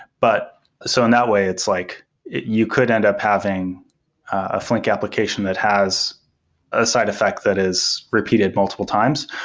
but so in that way it's like you could end up having a flink application that has a side effect that is repeated multiple times.